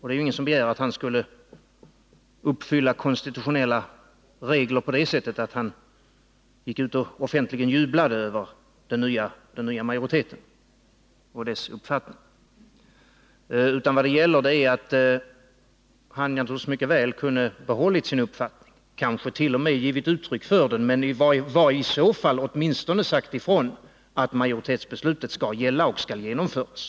Det är ingen som begär att industriministern skulle uppfylla konstitutionella regler på det sättet att han gick ut och offentligen jublade över den nya majoriteten och dess uppfattning. Han kunde naturligtvis mycket väl ha behållit sin uppfattning och kansket.o.m. givit uttryck för den men i så fall åtminstone sagt ifrån att majoritetsbeslutet skall gälla och skall genomföras.